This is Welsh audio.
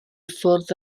ffwrdd